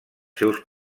seus